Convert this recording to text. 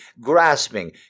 grasping